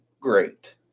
great